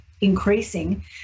increasing